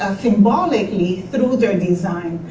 um symbolically through their design?